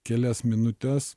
kelias minutes